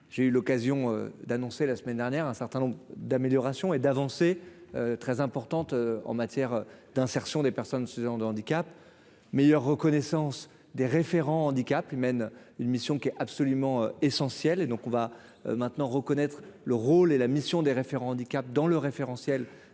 j'ai eu l'occasion d'annoncer, la semaine dernière un certain nombre d'améliorations et d'avancée très importante en matière d'insertion des personnes ce genre de handicap meilleure reconnaissance des référents handicap lui mène une mission qui est absolument essentiel et donc on va maintenant reconnaître le rôle et la mission des référents handicap dans le référentiel